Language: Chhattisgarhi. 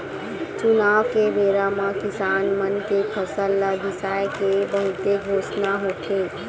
चुनाव के बेरा म किसान मन के फसल ल बिसाए के बहुते घोसना होथे